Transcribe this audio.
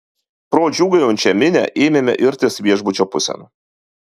pro džiūgaujančią minią ėmėme irtis viešbučio pusėn